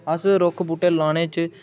अस रुक्ख बूह्टे लाने च